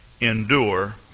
endure